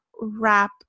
wrap